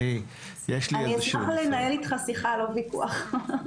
אני אשמח לנהל איתך שיחה, לא ויכוח.